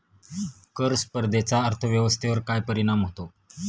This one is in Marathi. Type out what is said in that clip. कर स्पर्धेचा अर्थव्यवस्थेवर काय परिणाम होतो?